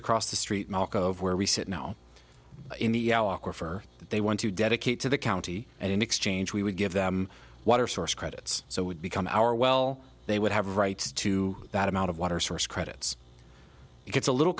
across the street mark of where we sit now in the river they want to dedicate to the county and in exchange we would give them water source credits so would become our well they would have rights to that amount of water source credits it gets a little